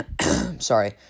Sorry